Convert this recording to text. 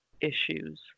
issues